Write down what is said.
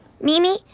Mimi